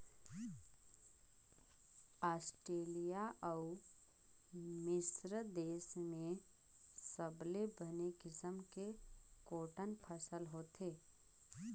Australia अउ मिस्र देस में सबले बने किसम के कॉटन फसल होथे